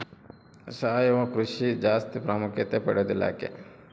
ಸಾವಯವ ಕೃಷಿ ಜಾಸ್ತಿ ಪ್ರಾಮುಖ್ಯತೆ ಪಡೆದಿಲ್ಲ ಯಾಕೆ?